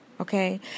Okay